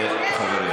חבל?